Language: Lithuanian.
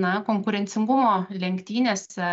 na konkurencingumo lenktynėse